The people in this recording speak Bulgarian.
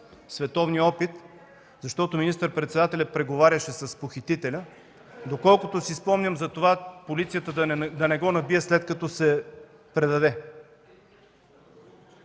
световния опит, защото министър-председателят преговаряше с похитителя, доколкото си спомням, за това полицията да не го набие, след като се предаде.